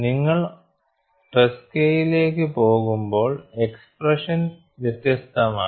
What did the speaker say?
നിങ്ങൾ ട്രെസ്കയിലേക്ക് പോകുമ്പോൾ എക്സ്സ്പ്രെഷൻ വ്യത്യസ്തമാണ്